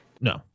No